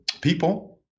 people